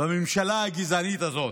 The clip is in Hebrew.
בממשלה הגזענית הזאת: